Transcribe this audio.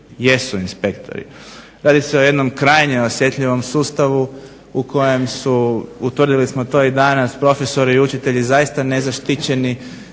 jesu inspektori. Radi se o jednom krajnje osjetljivom sustavu u kojem su utvrdili smo to i danas i profesori i učitelji zaista nezaštićeni